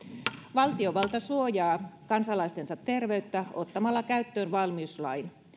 valtiovalta suojaa kansalaistensa terveyttä ottamalla käyttöön valmiuslain